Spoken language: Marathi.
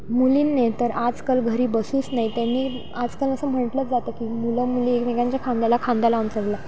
मुलींनी तर आजकाल घरी बसूस नाही त्यांनी आजकाल असं म्हटलंच जातं की मुलं मुली एकमेकांच्या खांद्याला खांदा लावून चालला